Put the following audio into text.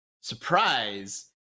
surprise